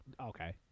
Okay